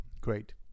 Great